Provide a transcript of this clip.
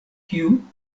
kiu